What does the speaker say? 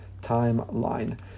timeline